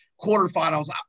quarterfinals